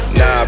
Nah